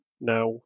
now